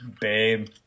Babe